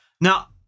Now